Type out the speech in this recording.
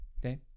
Okay